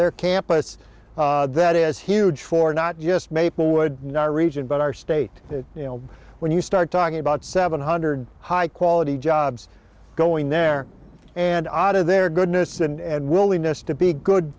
their campus that is huge for not just maplewood not region but our state you know when you start talking about seven hundred high quality jobs going there and out of their goodness and willingness to be good